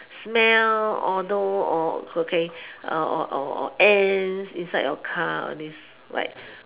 smell although or okay or or or ants inside your car all this like